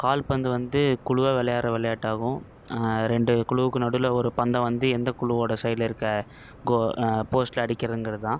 கால்பந்து வந்து குழுவாக விளையாட்ற விளையாட்டாகும் ரெண்டு குழுவுக்கு நடுவில் ஒரு பந்தை வந்து எந்த குழுவோட சைடில் இருக்க போஸ்ட்டில் அடிக்கிறாங்ககிறதுதான்